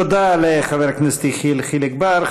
תודה לחבר הכנסת יחיאל חיליק בר.